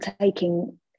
taking